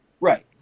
Right